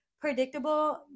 predictable